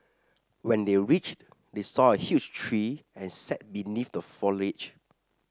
when they reached they saw a huge tree and sat beneath the foliage